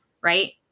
right